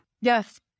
Yes